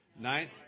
Ninth